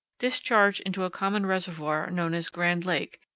discharge into a common reservoir known as grand lake,